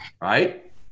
right